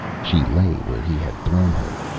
she lay where he had thrown her,